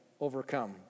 overcome